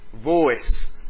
voice